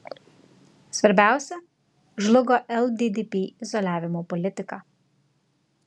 svarbiausia žlugo lddp izoliavimo politika